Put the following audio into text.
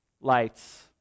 lights